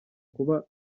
kuba